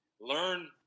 learn